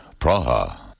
Praha